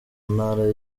ntara